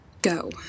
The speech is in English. Go